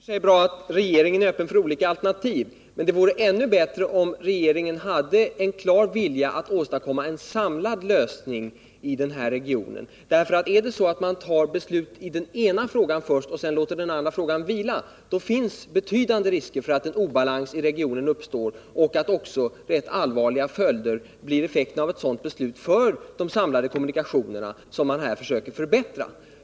Herr talman! Det är i och för sig bra att regeringen är öppen för olika alternativ, men det vore ännu bättre om regeringen hade en klar vilja att åstadkomma en samlad lösning i denna region. Om man fattar beslut i den ena frågan först och sedan låter den andra vila, finns det betydande risker för . att en obalans uppstår i regionen. Ett sådant beslut skulle få ganska allvarliga följder för de samlade kommunikationerna, som man här försöker förbättra.